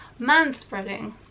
manspreading